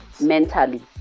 mentally